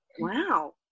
Wow